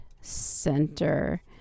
center